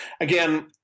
again